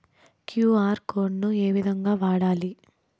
QR code ను ఏ విధంగా వాడాలి?